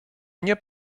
mnie